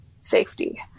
safety